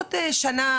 בסביבות שנה